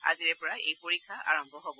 আজিৰে পৰা এই পৰীক্ষা আৰম্ভ হ'ব